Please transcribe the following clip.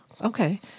Okay